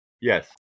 Yes